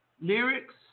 lyrics